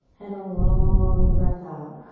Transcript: and a long breath out.